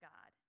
God